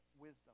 wisdom